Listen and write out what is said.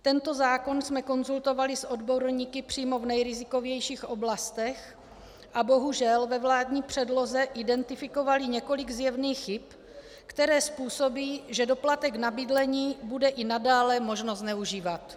Tento zákon jsme konzultovali s odborníky přímo v nejrizikovějších oblastech a bohužel ve vládní předloze identifikovali několik zjevných chyb, které způsobí, že doplatek na bydlení bude i nadále možno zneužívat.